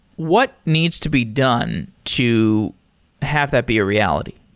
what needs to be done to have that be a reality?